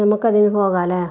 നമുക്ക് അതിന് പോകാം അല്ലേ